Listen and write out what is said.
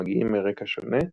המגיעים מרקע שונה,